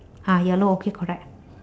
ah yellow okay correct